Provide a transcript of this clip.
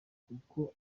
kuko